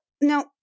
Now